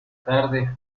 tarde